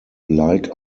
like